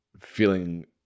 feeling